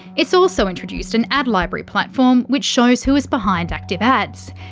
it's also introduced an ad library platform, which shows who is behind active ads.